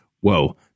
Whoa